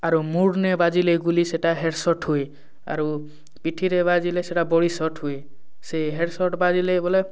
ତା'ର ମୁଣ୍ଡ୍ନେ ବାଜିଲେ ଗୁଲି ସେଇଟା ହେଡ଼ସଟ୍ ହୁଏ ଆରୁ ପିଠିରେ ବାଜିଲେ ସେଇଟା ବଡ଼ିସଟ୍ ହୁଏ ସେ ହେଡ଼ସଟ୍ ବାଜିଲେ ବୋଲେ